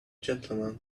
gentlemen